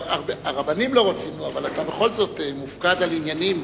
הרבנים לא רוצים אבל בכל זאת אתה מופקד על עניינים